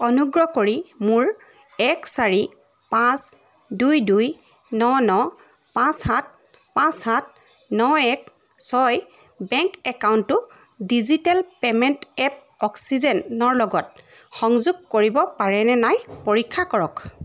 অনুগ্ৰহ কৰি মোৰ এক চাৰি পাঁচ দুই দুই ন ন পাঁচ সাত পাঁচ সাত ন এক ছয় বেংক একাউণ্টটো ডিজিটেল পে'মেণ্ট এপ অক্সিজেনৰ লগত সংযোগ কৰিব পাৰেনে নাই পৰীক্ষা কৰক